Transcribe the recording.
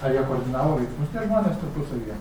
ar jie koordinavo veiksmus tie žmonės tarpusavyje